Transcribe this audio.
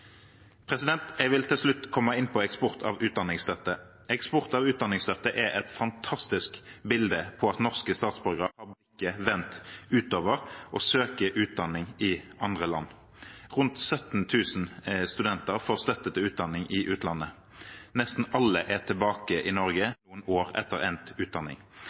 Jeg vil til slutt komme inn på eksport av utdanningsstøtte. Eksport av utdanningsstøtte er et fantastisk bilde på at norske statsborgere har blikket vendt utover og søker utdanning i andre land. Rundt 17 000 studenter får støtte til utdanning i utlandet. Nesten alle er tilbake i Norge noen år etter endt utdanning.